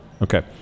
Okay